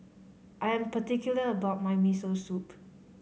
I am particular about my Miso Soup